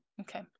okay